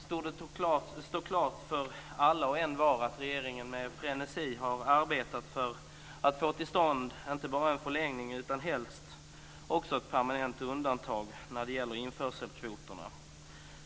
Det torde stå klart för alla och envar att regeringen med frenesi har arbetat för att få till stånd inte bara en förlängning utan helst också ett permanent undantag när det gäller införselkvoterna.